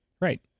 Right